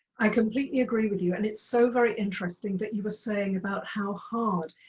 i completely agree with you. and it's so very interesting that you were saying about how hard